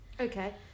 Okay